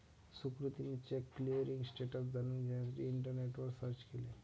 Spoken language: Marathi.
सुकृतीने चेक क्लिअरिंग स्टेटस जाणून घेण्यासाठी इंटरनेटवर सर्च केले